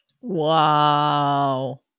Wow